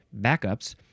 backups